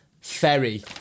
ferry